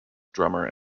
drummer